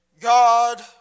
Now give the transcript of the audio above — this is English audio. God